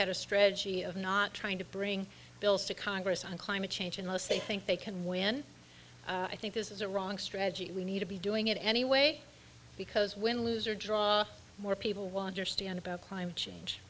had a strategy of not trying to bring bills to congress on climate change unless they think they can win i think this is a wrong strategy we need to be doing it anyway because win lose or draw more people wander stand about climate change